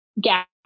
gap